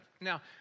Now